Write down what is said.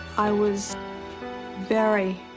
i was very,